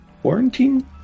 Quarantine